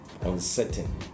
uncertain